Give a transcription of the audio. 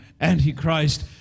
Antichrist